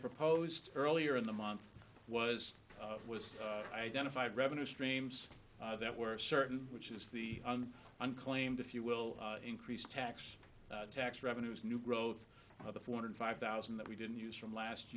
proposed earlier in the month was it was identified revenue streams that were certain which is the unclaimed if you will increase tax tax revenues new growth of the four hundred five thousand that we didn't use from last